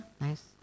Nice